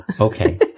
okay